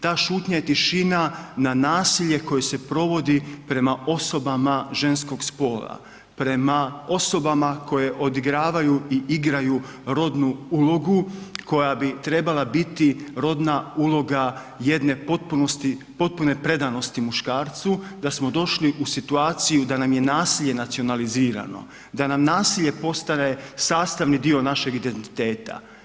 Ta šutnja i tišina na nasilje koje se provodi prema osobama ženskog spola, prema osobama koje odigravaju i igraju rodnu ulogu koja bi trebala biti rodna uloga jedne potpune predanosti muškarcu da smo došli u situaciju da nam je nasilje nacionalizirano, da nam nasilje postaje sastavni dio našeg identiteta.